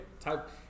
type